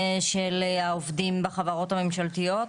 של העובדים בחברות הממשלתיות.